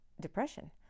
depression